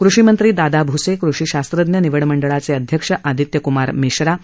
कृषी मंत्री दादा भूसे कृषी शास्त्रज्ञ निवड मंडळाचे अध्यक्ष आदित्य कुमार मिश्रा डॉ